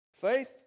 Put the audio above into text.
faith